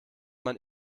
man